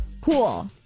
Cool